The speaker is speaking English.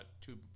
Two